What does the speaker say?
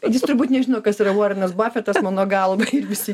jis turbūt nežino kas yra vorenas bofetas mano galva ir visi